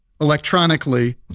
electronically